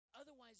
Otherwise